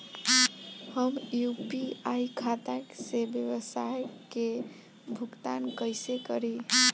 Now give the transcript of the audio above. हम यू.पी.आई खाता से व्यावसाय के भुगतान कइसे करि?